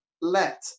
let